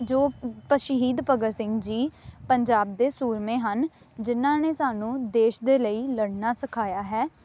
ਜੋ ਪ ਸ਼ਹੀਦ ਭਗਤ ਸਿੰਘ ਜੀ ਪੰਜਾਬ ਦੇ ਸੂਰਮੇ ਹਨ ਜਿਨ੍ਹਾਂ ਨੇ ਸਾਨੂੰ ਦੇਸ਼ ਦੇ ਲਈ ਲੜਨਾ ਸਿਖਾਇਆ ਹੈ